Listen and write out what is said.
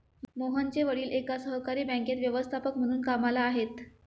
मोहनचे वडील एका सहकारी बँकेत व्यवस्थापक म्हणून कामला आहेत